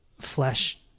flesh